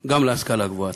גם להשכלה גבוהה.